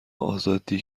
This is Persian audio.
آزادی